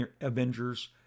Avengers